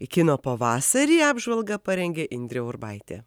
į kino pavasarį apžvalgą parengė indrė urbaitė